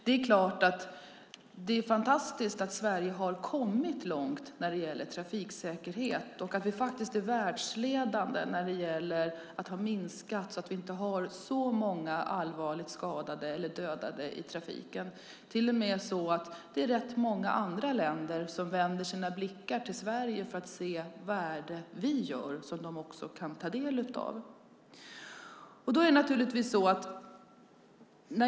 Det är fantastiskt att Sverige har kommit långt när det gäller trafiksäkerhet. Vi är faktiskt världsledande när det gäller att minska antalet allvarligt skadade eller dödade i trafiken. Det är till och med så att rätt många andra länder vänder sina blickar till Sverige för att se vad det är vi gör och ta del av det.